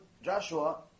Joshua